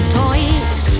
toys